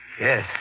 Yes